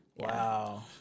Wow